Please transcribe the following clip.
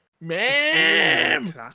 Ma'am